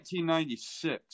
1996